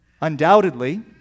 Undoubtedly